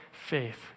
faith